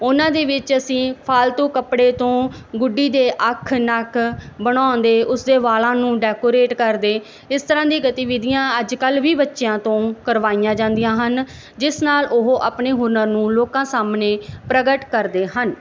ਉਹਨਾਂ ਦੇ ਵਿੱਚ ਅਸੀਂ ਫਾਲਤੂ ਕੱਪੜੇ ਤੋਂ ਗੁੱਡੀ ਦੇ ਅੱਖ ਨੱਕ ਬਣਾਉਂਦੇ ਉਸਦੇ ਵਾਲਾਂ ਨੂੰ ਡੈਕੋਰੇਟ ਕਰਦੇ ਇਸ ਤਰ੍ਹਾਂ ਦੀ ਗਤੀਵਿਧੀਆਂ ਅੱਜ ਕੱਲ੍ਹ ਵੀ ਬੱਚਿਆਂ ਤੋਂ ਕਰਵਾਈਆਂ ਜਾਂਦੀਆਂ ਹਨ ਜਿਸ ਨਾਲ ਉਹ ਆਪਣੇ ਹੁਨਰ ਨੂੰ ਲੋਕਾਂ ਸਾਹਮਣੇ ਪ੍ਰਗਟ ਕਰਦੇ ਹਨ